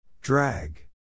Drag